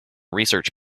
research